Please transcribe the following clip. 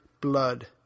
Blood